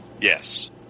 Yes